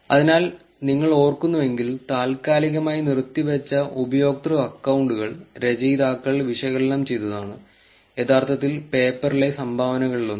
അതിനാൽ നിങ്ങൾ ഓർക്കുന്നുവെങ്കിൽ താൽക്കാലികമായി നിർത്തിവച്ച ഉപയോക്തൃ അക്കൌണ്ടുകൾ രചയിതാക്കൾ വിശകലനം ചെയ്തതാണ് യഥാർത്ഥത്തിൽ പേപ്പറിലെ സംഭാവനകളിലൊന്ന്